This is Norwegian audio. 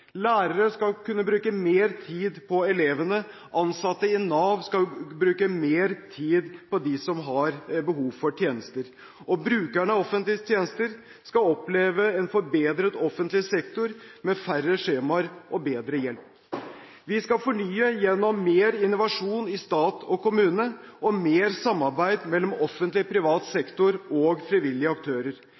Lærere skal kunne bruke mer tid på elevene. Ansatte i Nav skal bruke mer tid på dem som har behov for tjenester. Og brukerne av offentlige tjenester skal oppleve en forbedret offentlig sektor med færre skjemaer og bedre hjelp. Vi skal fornye gjennom mer innovasjon i stat og kommune og mer samarbeid mellom offentlig og privat sektor og frivillige aktører.